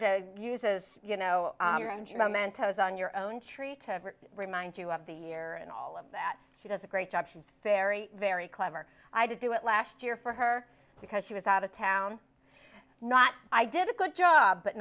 are uses you know momentos on your own tree to remind you of the year and all of that she does a great job she's very very clever i did do it last year for her because she was out of town not i did a good job but